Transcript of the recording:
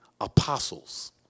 apostles